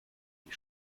die